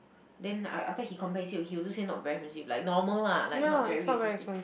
then I after that he compare he say he also say not very expensive like normal lah like not very expensive